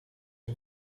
een